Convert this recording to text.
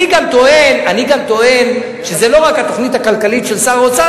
אני גם טוען שזו לא רק התוכנית הכלכלית של האוצר,